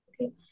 Okay